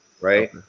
right